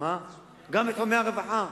גם ברווחה